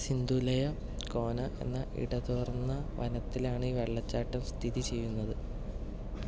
സിന്ധുലയ്യ കോന എന്ന ഇടതൂർന്ന വനത്തിലാണ് ഈ വെള്ളച്ചാട്ടം സ്ഥിതി ചെയ്യുന്നത്